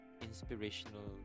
inspirational